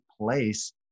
place